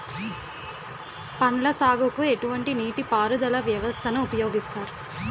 పండ్ల సాగుకు ఎటువంటి నీటి పారుదల వ్యవస్థను ఉపయోగిస్తారు?